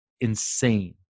insane